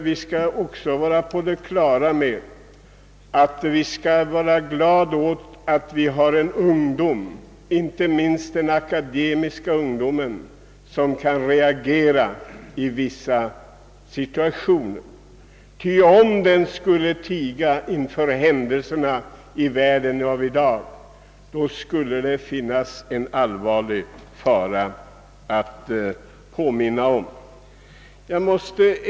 Vi skall vara glada åt att ungdomen, inte minst den akademiska, verkligen reagerar i vissa situationer. Om den skulle tiga inför händelserna i världen i dag skulle det innebära verklig fara.